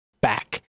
back